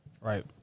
right